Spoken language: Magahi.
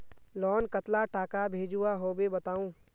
लोन कतला टाका भेजुआ होबे बताउ?